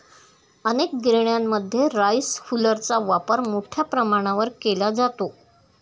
अनेक गिरण्यांमध्ये राईस हुलरचा वापर मोठ्या प्रमाणावर केला जातो